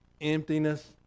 emptiness